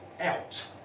out